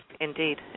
indeed